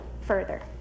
further